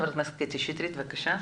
ח"כ קטי שטרית בבקשה.